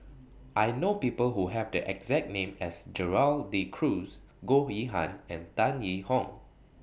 I know People Who Have The exact name as Gerald De Cruz Goh Yihan and Tan Yee Hong